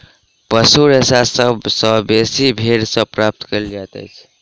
पशु रेशा सभ सॅ बेसी भेंड़ सॅ प्राप्त कयल जाइतअछि